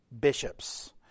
bishops